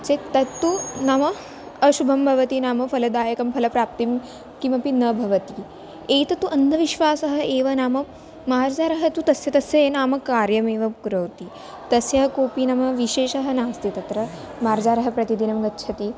चेत् तत्तु नाम अशुभं भवति नाम फलदायकं फलप्राप्तिं किमपि न भवति एतत्तु अन्धविश्वासः एव नाम मार्जारः तु तस्य तस्य नाम कार्यमेव करोति तस्य कोपि नाम विशेषः नास्ति तत्र मार्जारः प्रतिदिनं गच्छति